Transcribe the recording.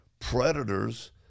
predators